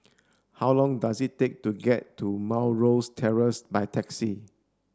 how long does it take to get to Mount Rosie Terrace by taxi